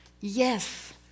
yes